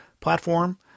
platform